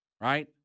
right